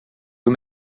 kui